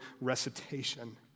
recitation